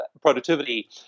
productivity